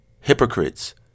hypocrites